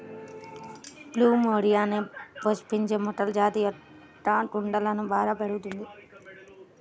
plumeria అనే పుష్పించే మొక్కల జాతి మొక్క కుండలలో బాగా పెరుగుతుంది